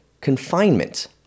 confinement